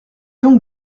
longue